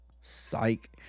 Psych